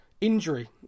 injury